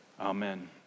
Amen